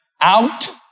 out